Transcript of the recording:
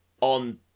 on